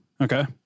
Okay